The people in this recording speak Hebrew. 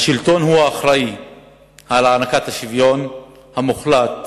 השלטון הוא האחראי על הענקת השוויון המוחלט